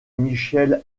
michel